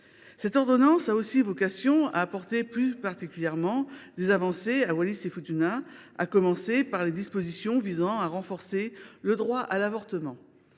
Cette ordonnance a aussi vocation à acter des avancées particulières pour les îles Wallis et Futuna, à commencer par les dispositions visant à renforcer le droit à l’avortement.